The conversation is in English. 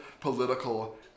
political